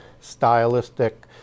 stylistic